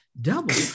double